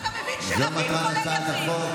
אתה מבין שרבים, כולל יחיד.